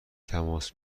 تماس